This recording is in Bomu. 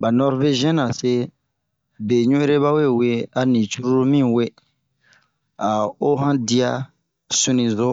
Ba Nɔrvegiɛnra se ,be ɲu'ere ba we wee ani cururu mi wee. A oo han diya sunizo,